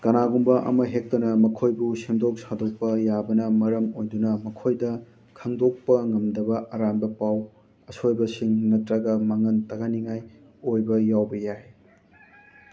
ꯀꯅꯥꯒꯨꯝꯕ ꯑꯃ ꯍꯦꯛꯇꯅ ꯃꯈꯣꯏꯕꯨ ꯁꯦꯝꯗꯣꯛ ꯁꯥꯗꯣꯛꯄ ꯌꯥꯕꯅ ꯃꯔꯝ ꯑꯣꯏꯗꯨꯅ ꯃꯈꯣꯏꯗ ꯈꯪꯗꯣꯛꯄ ꯉꯝꯗꯕ ꯑꯔꯥꯟꯕ ꯄꯥꯎ ꯑꯁꯣꯏꯕꯁꯤꯡ ꯅꯠꯇ꯭ꯔꯒ ꯃꯥꯡꯍꯟ ꯇꯥꯛꯍꯟꯅꯤꯡꯉꯥꯏ ꯑꯣꯏꯕ ꯌꯥꯎꯕ ꯌꯥꯏ